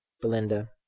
Belinda